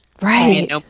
right